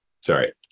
Sorry